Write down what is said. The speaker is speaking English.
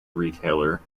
retailer